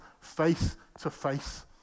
face-to-face